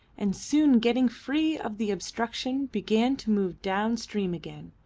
and soon getting free of the obstruction began to move down stream again,